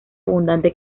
abundante